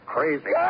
Crazy